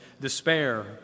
despair